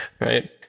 right